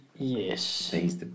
Yes